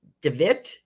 David